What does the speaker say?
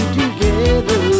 together